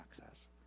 access